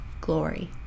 glory